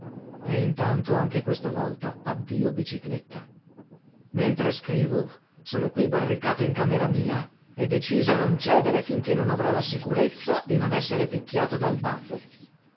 e intanto anche questa volta addio bicicletta mentre scrivo sono qui barricato in camera mia e deciso a non cedere finché non avrò la sicurezza di non essere picchiato dal babbo